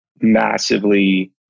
massively